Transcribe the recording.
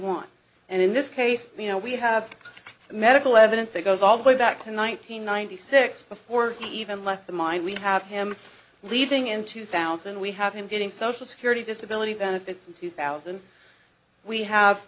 want and in this case you know we have the medical evidence that goes all the way back in one nine hundred ninety six before i even left the mine we have him leaving in two thousand we have him getting social security disability benefits in two thousand we have